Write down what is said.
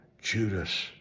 Judas